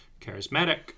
charismatic